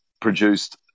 produced